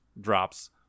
drops